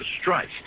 strike